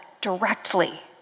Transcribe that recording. directly